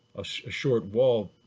a short wall